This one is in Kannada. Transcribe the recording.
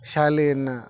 ಶಾಲೆಯನ್ನು